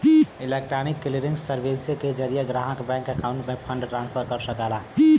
electronic clearing services के जरिये ग्राहक बैंक अकाउंट से फंड ट्रांसफर कर सकला